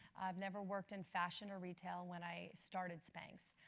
i've never worked in fashion or retail when i started spanx.